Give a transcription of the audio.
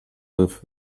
with